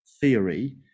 theory